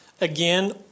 again